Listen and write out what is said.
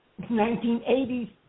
1980s